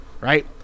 right